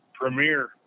Premier